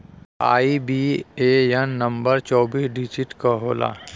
IBAN number चौतीस digit क होला